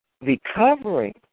recovering